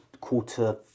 quarter